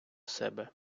себе